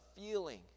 feeling